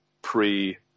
Pre